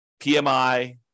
PMI